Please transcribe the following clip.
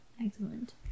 Excellent